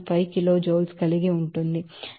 5 kilojoules కలిగి ఉందని చెప్పారు